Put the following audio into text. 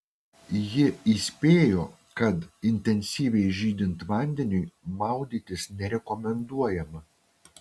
ji įspėjo kad intensyviai žydint vandeniui maudytis nerekomenduojama